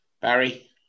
Barry